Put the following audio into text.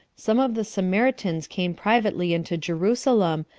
some of the samaritans came privately into jerusalem,